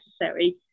necessary